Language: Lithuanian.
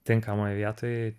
tinkamoj vietoj